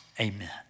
Amen